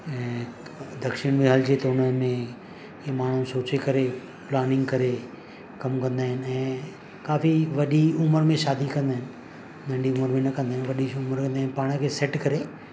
ऐं दक्षिण में हलिजे थो हुन में हे माण्हू सोचे करे प्लानिंग करे कमु कंदा आहिनि ऐं काफ़ी वॾी उमिरि में शादी कंदा आहिनि नंढी उमिरि में न कंदा आहियूं वॾी उमिरि में पाण खे सेट करे